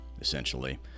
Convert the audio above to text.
essentially